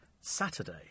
Saturday